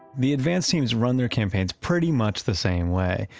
the advance teams run their campaigns pretty much the same way.